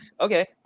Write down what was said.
Okay